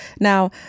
Now